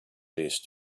these